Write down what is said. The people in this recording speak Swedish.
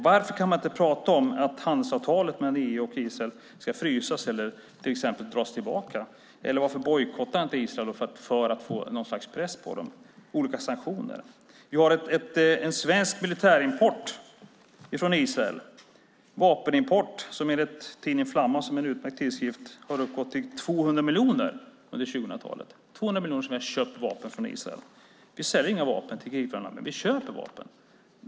Varför kan man inte prata om att handelsavtalet mellan EU och Israel ska frysas eller till exempel dras tillbaka? Eller varför bojkottar man inte Israel för att sätta en press på landet? Det kan vara olika sanktioner. Vi har en svensk militärimport från Israel, en vapenimport som enligt tidningen Flamman - en utmärkt tidskrift - har uppgått till 200 miljoner under 2000-talet. För 200 miljoner har vi köpt vapen från Israel. Vi säljer inga vapen till krigförande länder, men vi köper vapen.